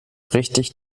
richtig